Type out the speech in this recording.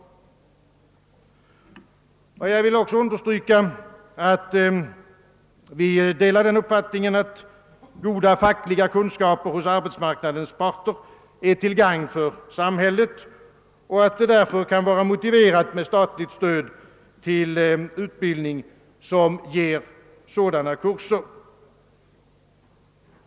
Jag vill också understryka att vi delar uppfattningen att goda fackliga kunskaper hos arbetsmarknadens parter är till gagn för samhället och att det därför kan vara motiverat med statligt stöd till bedrivande av sådana kurser.